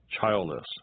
childless